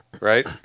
right